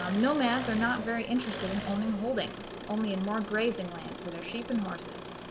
um nomads are not very interested in owning holdings, only in more grazing land for their sheep and horses.